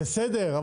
בסדר.